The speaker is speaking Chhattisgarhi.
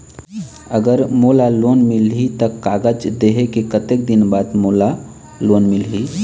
अगर मोला लोन मिलही त कागज देहे के कतेक दिन बाद मोला लोन मिलही?